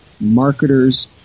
marketers